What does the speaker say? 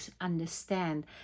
understand